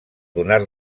donar